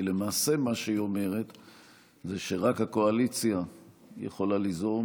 כי למעשה מה שהיא אומרת זה שרק הקואליציה יכולה ליזום